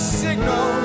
signal